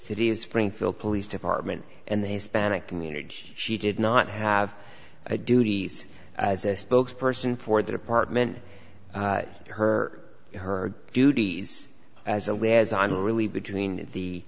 city of springfield police department and they span a community she did not have a duty as a spokesperson for the department of her her duties as a way as i'm really between the